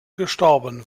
gestorben